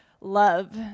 love